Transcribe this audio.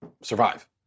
survive